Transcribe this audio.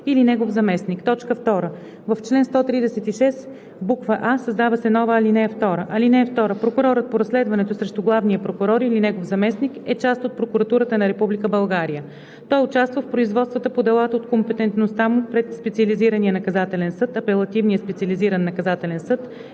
или негов заместник.“ 2. В чл. 136: а) създава се нова ал. 2: „(2) Прокурорът по разследването срещу главния прокурор или негов заместник е част от Прокуратурата на Република България. Той участва в производствата по делата от компетентността му пред специализирания наказателен съд, апелативния специализиран наказателен съд